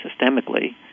systemically